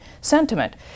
sentiment